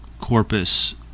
corpus